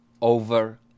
over